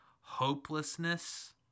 hopelessness